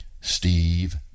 Steve